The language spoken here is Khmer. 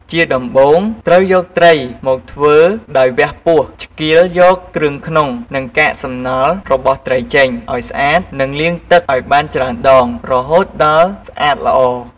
ជាដំបូង ត្រូវយកត្រីមកធ្វើដោយវះពោះ ឆ្កៀលយកគ្រឿងក្នុងនិងកាកសំណល់របស់ត្រីចេញឱ្យស្អាតនិងលាងទឹកអោយបានច្រើនដងរហូតដល់ស្អាតល្អ។